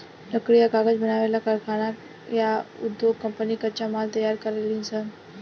लकड़ी आ कागज बनावे वाला कारखाना आ उधोग कम्पनी कच्चा माल तैयार करेलीसन